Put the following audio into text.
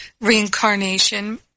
reincarnation